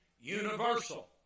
universal